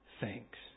Thanks